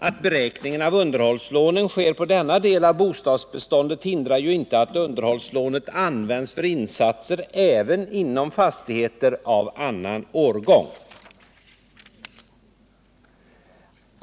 Att beräkningen av underhållslånen sker på denna del av bostadsbeståndet hindrar ju inte att underhållslånen används för insatser även i fastigheter av annan årgång.